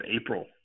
April